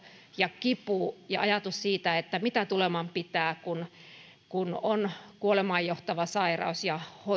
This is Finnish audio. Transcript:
ja kipu ja ajatus siitä että mitä tuleman pitää kun on kuolemaan johtava sairaus ja